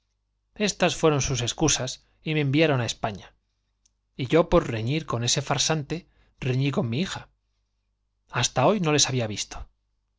estas fueron sus excusas me enviaron á españa y y yo por reñir con ese farsante reñí con mi hija hasta hoy no les había visto